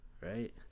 right